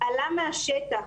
עלה מהשטח.